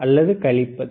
அல்லது கழிப்பதா